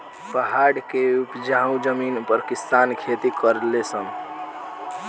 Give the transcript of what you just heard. पहाड़ के उपजाऊ जमीन पर किसान खेती करले सन